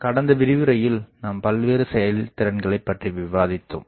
கடந்த விரிவுரையில் நாம் பல்வேறு செயல்திறன்களைப் பற்றி விவாதித்தோம்